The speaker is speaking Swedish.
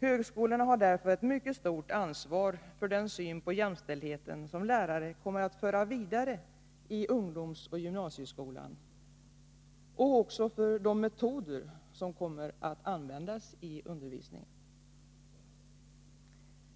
Högskolan har därför ett mycket stort ansvar för den syn på jämställdhet som läraren kommer att föra vidare i ungdomsoch gymnasieskolan samt för de metoder som de kommer att använda i undervisningen.